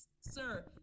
sir